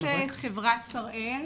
יש את חברת שראל,